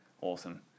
awesome